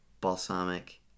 Balsamic